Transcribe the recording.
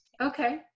Okay